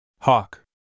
Hawk